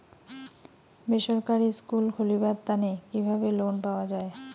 বেসরকারি স্কুল খুলিবার তানে কিভাবে লোন পাওয়া যায়?